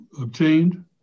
obtained